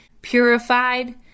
purified